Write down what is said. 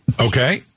Okay